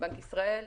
בנק ישראל,